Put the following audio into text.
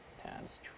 tabs